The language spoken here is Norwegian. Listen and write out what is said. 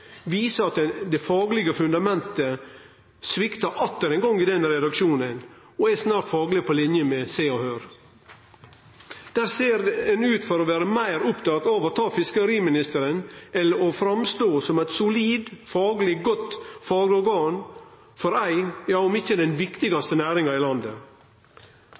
viser at det faglege fundamentet sviktar atter ein gong i denne redaksjonen, og er snart fagleg på linje med Se og Hør. Der ser ein ut for å vere meir opptatt av å ta fiskeriministeren enn å framstå som eit solid, fagleg godt fagorgan for ei av dei – om ikkje den – viktigaste næringane i landet.